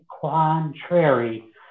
contrary